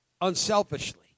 unselfishly